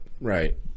Right